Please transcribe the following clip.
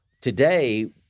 today